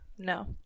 No